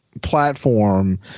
platform